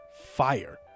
fire